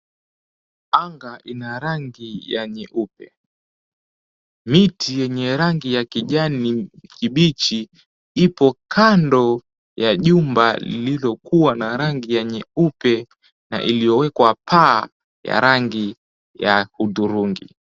Anga ina rangi ya nyeupe. Miti yenye rangi ya kijani kibichi ipo kando ya jumba lililokuwa na rangi ya nyeupe na iliyowekwa paa ya rangi ya hudhurungi.